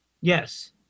Yes